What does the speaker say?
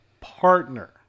Partner